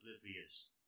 oblivious